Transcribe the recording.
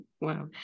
Wow